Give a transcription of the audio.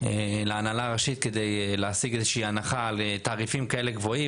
להנהלה הראשית כדי להשיג איזושהי הנחה על תעריפים גבוהים.